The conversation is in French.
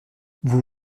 vous